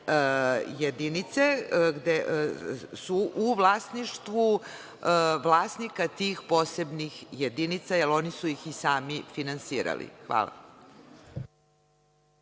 jedinice su u vlasništvu vlasnika tih posebnih jedinica, jer oni su ih i sami finansirali. Hvala.